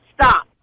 stop